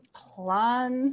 plan